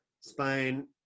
Spain